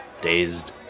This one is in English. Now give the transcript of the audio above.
dazed